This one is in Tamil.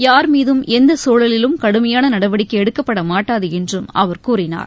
யார் மீதும் எந்த சூழலிலும் கடுமையான நடவடிக்கை எடுக்கப்பட மாட்டாது என்றும் அவர் கூறினார்